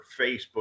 Facebook